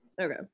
Okay